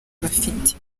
bafite